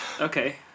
Okay